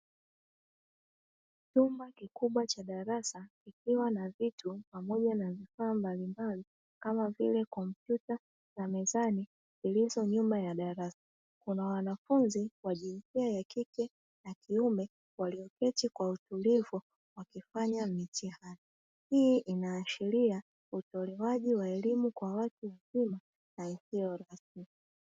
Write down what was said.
Chumba kikubwa cha darasa kikiwa na vitu pamoja na vifaa mbalimbali kama vile kompyuta na mezani zililo nyuma ya darasa, kuna wanafunzi wa jinsia ya kike na kiume walioketi kwa utulivu wakifanya mitihani, hii inaashiria utolewaji wa elimu kwa watu wazima na isiyo rasmi.